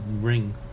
ring